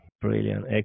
Brilliant